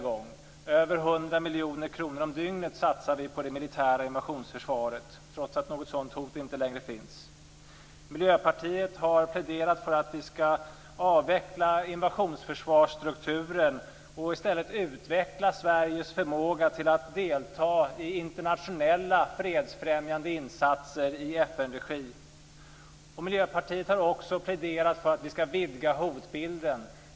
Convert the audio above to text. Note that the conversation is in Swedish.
Vi satsar över 100 miljoner kronor om dygnet på det militära invasionsförsvaret, trots att något sådant hot inte längre finns. Miljöpartiet har pläderat för att vi skall avveckla invasionsförsvarsstrukturen och i stället utveckla Sveriges förmåga att delta i internationella fredsfrämjande insatser i FN-regi, och Miljöpartiet har också pläderat för att vi skall vidga hotbilden.